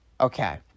Okay